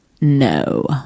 No